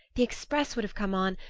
the express would have come on,